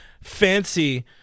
fancy